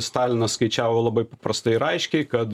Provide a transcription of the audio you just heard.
stalinas skaičiavo labai paprastai raiškiai kad